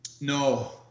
No